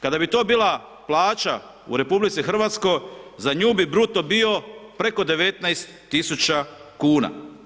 Kada bi to bila plaća u RH, za nju bi bruto bio preko 19 000 kuna.